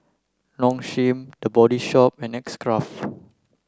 Nong Shim The Body Shop and X Craft